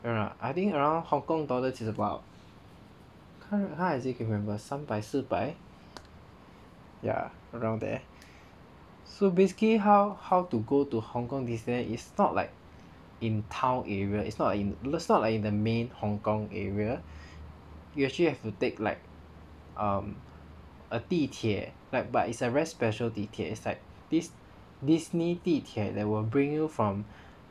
you know I think around Hong-Kong dollar is about 看看 as you can remember 三百四百 ya around there so basically how how to go to Hong-Kong Disneyland is not like in town area it's not a in it's not like the main Hong-Kong area you actually have to take like um a 地铁 like but it's a very special 地铁 is like this Disney 地铁 that will bring you from